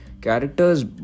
characters